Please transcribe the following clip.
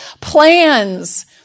plans